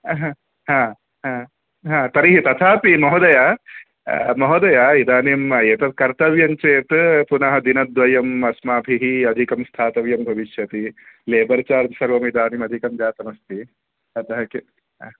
अह् ह ह ह तर्हि तथापि महोदय महोदय इदानीं एतत् कर्तव्यं चेत् पुनः दिनद्वयम् अस्माभिः अधिकं स्थातव्यं भविष्यति लेबर् चार्ज् सर्वम् इदानीमधिकं जातमस्ति अतः के ह